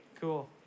Cool